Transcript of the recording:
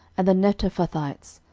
and the netophathites,